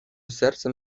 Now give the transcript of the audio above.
sercem